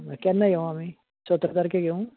केन्ना येवं आमी सतरा तारकेक येवं